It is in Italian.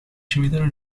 cimitero